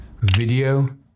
video